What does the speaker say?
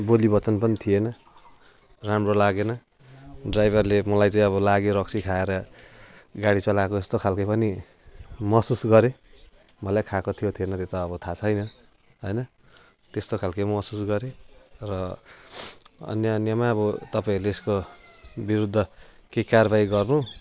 बोलीवचन पनि थिएन राम्रो लागेन ड्राइभरले मलाई चाहिँ अब लाग्यो रक्सी खाएर गाडी चलाएको जस्तो खालके पनि महसुस गरेँ मलाई खाएको थियो थिएन त्यो त अब थाहा छैन होइन त्यस्तो खालके महसुस गरेँ र अन्य अन्यमा अब तपाईँहरूले यसको विरुद्ध के कार्वाही गर्नु